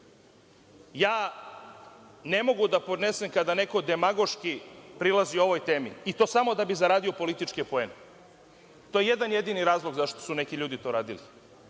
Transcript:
Ne mogu da podnesem kada neko demagoški prilazi ovoj temi i to samo da bi zaradio političke poene. To je jedan jedini razlog zašto su neki ljudi to radili.